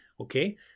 Okay